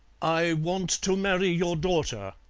i want to marry your daughter,